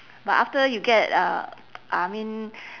but after you get uh I mean